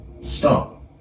stop